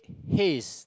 his